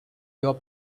your